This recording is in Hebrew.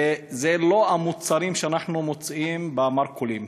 ואלה לא המוצרים שאנחנו מוצאים במרכולים